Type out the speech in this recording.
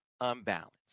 unbalanced